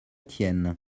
tienne